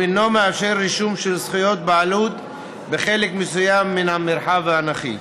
הוא אינו מאפשר רישום של זכויות בעלות בחלק מסוים מן המרחב האנכי.